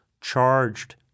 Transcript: charged